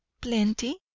plenty